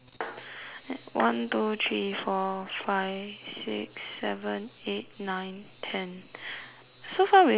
one two three four five six seven eight nine ten so far we only got ten leh